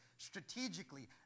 strategically